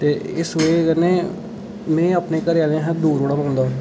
ते इस वजह् कन्नै में अपने घरें आह्लें कशा दूर रौह्ना पौंदा